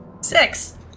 Six